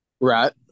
right